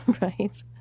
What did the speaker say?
Right